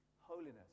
Holiness